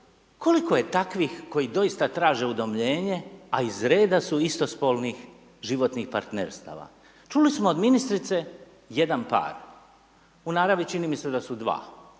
koliko je takvih koji doista traže udomljenje a iz reda su istospolnih životnih partnerstava. Čuli smo od ministrice jedan par, u naravi čini mi se da su dva,